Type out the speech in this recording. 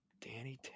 Danny